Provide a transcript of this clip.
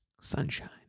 sunshine